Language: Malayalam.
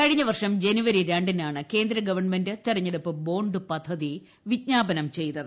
കഴിഞ്ഞവർഷം ജനുവരി രണ്ടിനാണ് കേന്ദ്ര ഗവൺമെന്റ് തെരഞ്ഞെടുപ്പ് ബോണ്ട് പദ്ധതി വിജ്ഞാപനം ചെയ്തത്